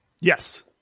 yes